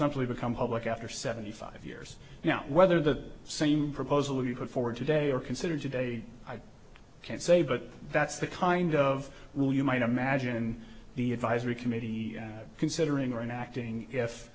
believe become public after seventy five years now whether the same proposal you put forward today or considered today i can't say but that's the kind of will you might imagine the advisory committee considering or in acting if